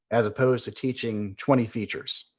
as opposed to teaching twenty features.